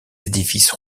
édifices